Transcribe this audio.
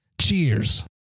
Cheers